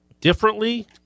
Differently